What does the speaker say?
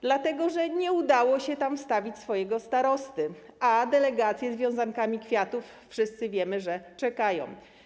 Dlatego że nie udało się tam wstawić swojego starosty, a delegacje z wiązankami kwiatów, wszyscy wiemy, że czekają.